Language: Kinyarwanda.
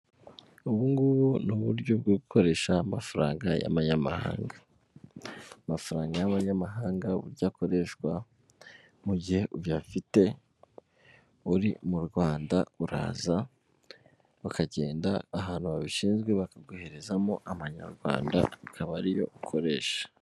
Ubu ngubu ni uburyo bwo gukoresha amafaranga y'abamanyamahanga, amafaranga y'abamanyamahanga uburyo akoreshwa, mu gihe uyafite uri mu Rwanda, uraza bakagenda ahantu babishinzwe bakaguherezamo amanyarwanda, ukaba ariyo ukoresha.